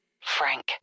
Frank